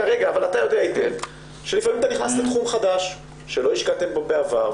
אבל אתה יודע היטב שלפעמים אתה נכנס לתחום חדש שלא השקעתם בו בעבר,